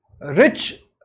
rich